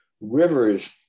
Rivers